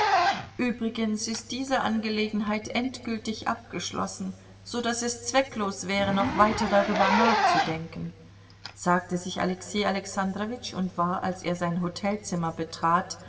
übrigens ist diese angelegenheit endgültig abgeschlossen so daß es zwecklos wäre noch weiter darüber nachzudenken sagte sich alexei alexandrowitsch und war als er sein hotelzimmer betrat